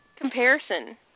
comparison